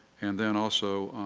and then also